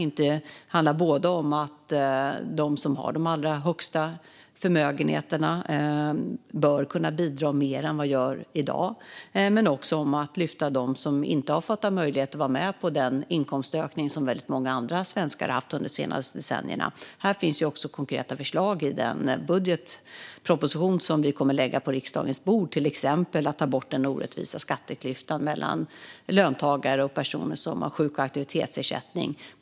Det handlar om att de som har de allra största förmögenheterna bör kunna bidra mer än de gör i dag men också om att lyfta dem som inte fått möjlighet att vara med på den inkomstökning som väldigt många andra svenskar har haft de senaste decennierna. Här finns också konkreta förslag i den budgetproposition som vi kommer att lägga på riksdagens bord, till exempel att ta bort den orättvisa skatteklyftan mellan löntagare och personer som har sjuk och aktivitetsersättning.